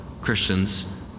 Christians